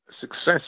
success